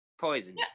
poison